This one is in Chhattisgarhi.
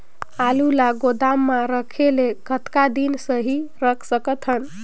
आलू ल गोदाम म रखे ले कतका दिन सही रख सकथन?